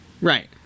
Right